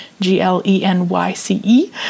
g-l-e-n-y-c-e